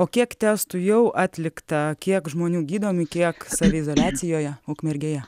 o kiek testų jau atlikta kiek žmonių gydomi kiek saviizoliacijoje ukmergėje